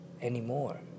anymore